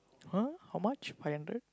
!huh! how much five hundred